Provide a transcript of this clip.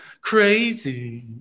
crazy